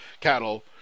cattle